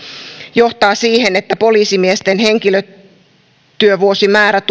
johtaa siihen että poliisimiesten henkilötyövuosimäärään